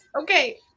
okay